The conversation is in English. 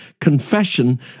confession